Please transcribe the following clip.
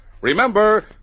Remember